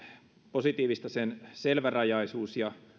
positiivista sen selvärajaisuus ja